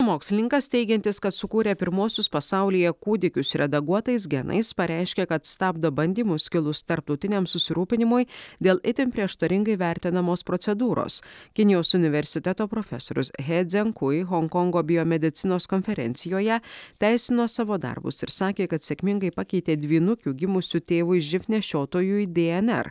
mokslininkas teigiantis kad sukūrė pirmuosius pasaulyje kūdikius redaguotais genais pareiškė kad stabdo bandymus kilus tarptautiniam susirūpinimui dėl itin prieštaringai vertinamos procedūros kinijos universiteto profesorius he dzenkuj honkongo biomedicinos konferencijoje teisino savo darbus ir sakė kad sėkmingai pakeitė dvynukių gimusių tėvui živ nešiotojui dė en er